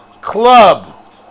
club